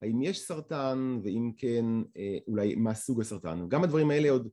האם יש סרטן, ואם כן, אולי מה סוג הסרטן, גם הדברים האלה עוד